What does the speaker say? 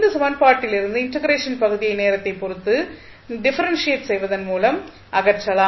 இந்த சமன்பாட்டிலிருந்து இன்டக்ரேஷன் பகுதியை நேரத்தை பொறுத்து டிஃபரென்ஷியேட் செய்வதன் மூலம் அகற்றலாம்